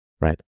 right